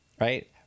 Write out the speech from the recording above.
right